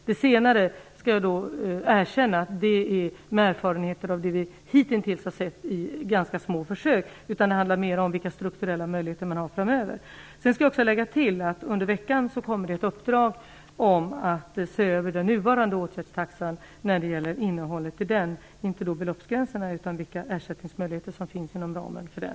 Det senare är, skall jag erkänna, erfarenheter av det vi hittills har sett i ganska små försök. Det handlar mera om vilka strukturella möjligheter man har framöver. Jag vill lägga till att det under veckan kommer ett uppdrag att se över innehållet i den nuvarande åtgärdstaxan. Det gäller inte beloppsgränser utan vilka ersättningsmöjligheter som finns inom ramen för den.